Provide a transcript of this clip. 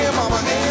mama